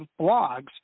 blogs